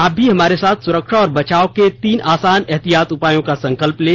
आप भी हमारे साथ सुरक्षा और बचाव के तीन आसान एहतियाती उपायों का संकल्प लें